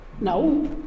No